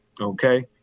okay